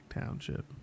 Township